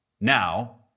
Now